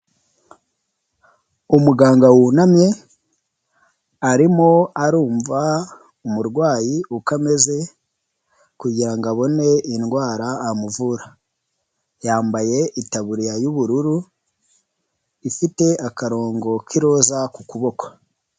Umuganga wunamye, arimo arumva umurwayi uko ameze kugira ngo abone indwara amuvura, yambaye itaburiya y'ubururu ifite akarongo k'iroza ku kuboko.